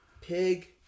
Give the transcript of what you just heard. pig